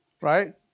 Right